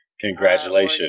Congratulations